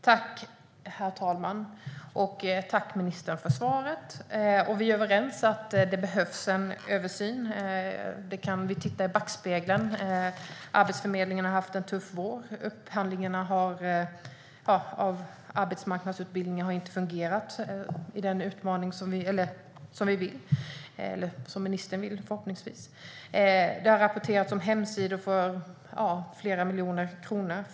Herr talman! Tack, ministern, för svaret! Vi är överens om att det behövs en översyn, och det kan vi se i backspegeln. Arbetsförmedlingen har haft en tuff vår. Upphandlingarna av arbetsmarknadsutbildningar har inte fungerat som vi eller, förhoppningsvis, ministern vill. Det har rapporterats om hemsidor för flera miljoner kronor.